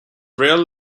rail